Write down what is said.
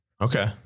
Okay